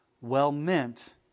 well-meant